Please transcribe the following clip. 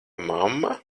mamma